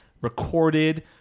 recorded